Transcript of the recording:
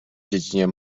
dziedzinie